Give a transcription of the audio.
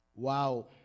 Wow